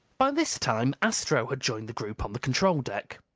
by this time astro had joined the group on the control deck.